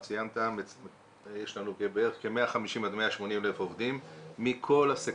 יש לנו כ-180,000-150,000 עובדים מכל הסקטורים.